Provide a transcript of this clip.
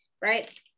right